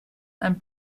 and